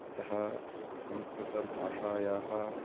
यतः संस्कृतभाषायाः